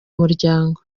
umuryango